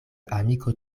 amiko